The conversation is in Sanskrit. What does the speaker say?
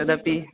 तदपि